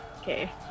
Okay